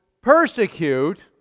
persecute